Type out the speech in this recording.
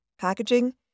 packaging